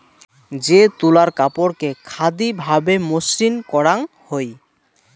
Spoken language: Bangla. যে তুলার কাপড়কে খাদি ভাবে মসৃণ করাং হই